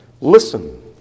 Listen